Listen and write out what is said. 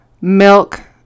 milk